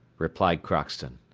replied crockston.